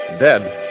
Dead